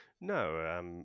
no